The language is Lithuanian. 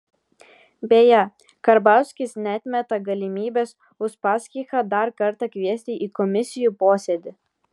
beje karbauskis neatmeta galimybės uspaskichą dar kartą kviesti į komisijų posėdį